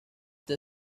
they